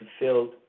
fulfilled